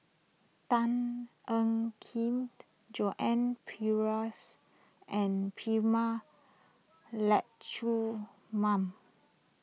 Tan Ean Kiam Joan Pereira's and Prema mum